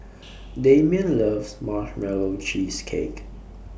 Damien loves Marshmallow Cheesecake